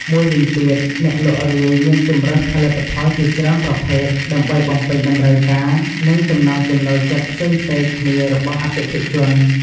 មួយវិញទៀត អ្នកលក់រាយមានជម្រើសផលិតផលជាច្រើនប្រភេទ ដើម្បីបំពេញតម្រូវការ និងចំណង់ចំណូលចិត្តផ្សេងៗគ្នារបស់អតិថិជន។